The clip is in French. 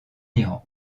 iran